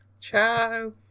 ciao